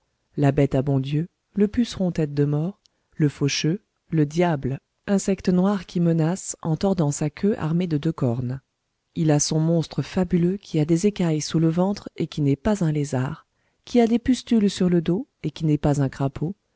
la bête à bon dieu le puceron tête de mort le faucheux le diable insecte noir qui menace en tordant sa queue armée de deux cornes il a son monstre fabuleux qui a des écailles sous le ventre et qui n'est pas un lézard qui a des pustules sur le dos et qui n'est pas un crapaud